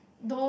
those